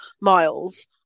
miles